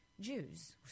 Jews